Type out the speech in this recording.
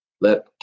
let